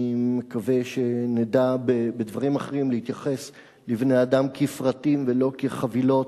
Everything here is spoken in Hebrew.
אני מקווה שנדע בדברים אחרים להתייחס לבני-אדם כפרטים ולא כחבילות,